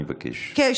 אני מבקש, תסיימי.